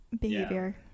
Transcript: behavior